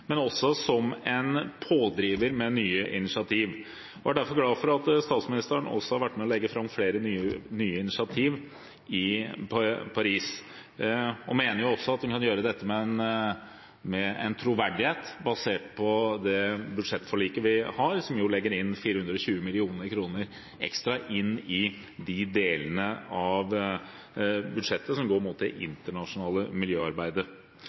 som en pådriver med nye initiativ. Jeg er derfor glad for at statsministeren har vært med på å legge fram flere nye initiativ i Paris og mener at en kan gjøre dette med en troverdighet basert på det budsjettforliket vi har, som legger 420 mill. kr ekstra inn i de delene av budsjettet som omhandler det internasjonale miljøarbeidet.